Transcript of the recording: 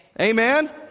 amen